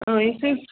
یُس أسۍ